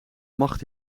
macht